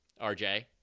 RJ